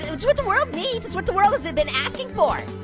so it's what the world needs. it's what the world has ah been asking for.